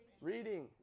Reading